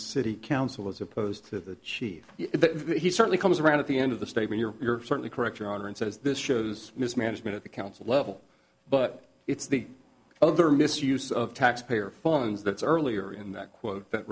city council as opposed to the chief he certainly comes around at the end of the state when you're certainly correct your honor and says this shows mismanagement of the council level but it's the other misuse of taxpayer funds that's earlier in that quote that